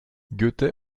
goethe